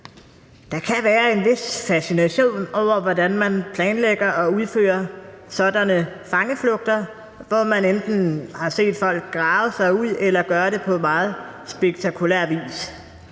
Der kan være en vis fascination over, hvordan fanger planlægger og udfører sådanne fangeflugter, hvor man enten har set folk grave sig ud eller gøre det på meget spektakulær vis.